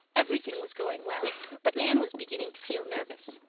everything was going well but anne was beginning to feel nervous.